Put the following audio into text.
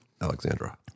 Alexandra